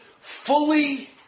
fully